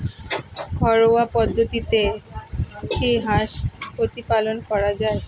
ঘরোয়া পদ্ধতিতে কি হাঁস প্রতিপালন করা যায়?